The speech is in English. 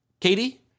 katie